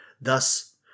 Thus